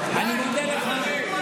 את מי שחושב,